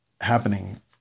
happening